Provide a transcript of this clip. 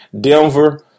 Denver